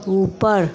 ऊपर